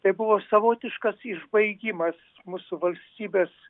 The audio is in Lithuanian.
tai buvo savotiškas išbaigimas mūsų valstybės